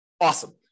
Awesome